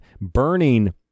burning